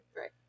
Right